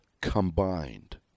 combined